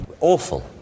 Awful